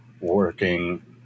working